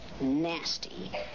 nasty